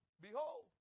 Behold